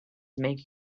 make